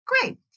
Great